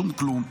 שום כלום.